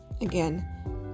again